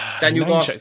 Daniel